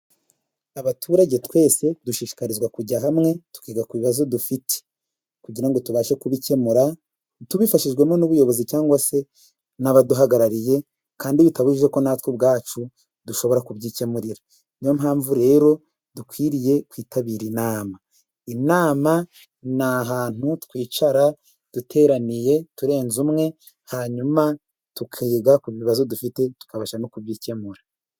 Abaturage twese dushishikarizwa kujya hamwe tukiga ku bibazo dufite, kugira ngo tubashe kubikemura tubifashijwemo n'ubuyobozi cyangwa se n'abaduhagarariye, kandi bitabujijwe ko natwe ubwacu dushobora kubyikemurira. Niyo mpamvu rero dukwiriye kwitabira inama. Inama ni ahantu twicara duteraniye turenze umwe, hanyuma tukiga ku bibazo dufite tukabasha no kubikemura